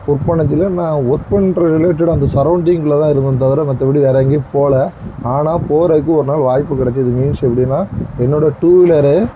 work பண்ணச்சுல நான் work பண்ணுற ரிலேட்டட் அந்த சாரோன்ட்டிங்ல தான் இருந்தேன் தவிர மற்றப்படி வேறெங்கேயும் போகல ஆனால் போகிறதுக்கு ஒருநாள் வாய்ப்பு கிடச்சிது மீன்ஸ் எப்படினா என்னோடய டூ விலரு